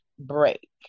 break